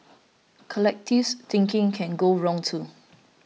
collectivist thinking can go wrong too